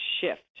shift